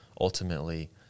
ultimately